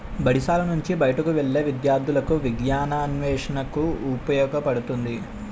బడిశాల నుంచి బయటకు వెళ్లే విద్యార్థులకు విజ్ఞానాన్వేషణకు ఉపయోగపడుతుంది